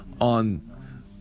on